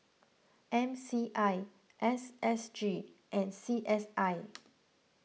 M C I S S G and C S I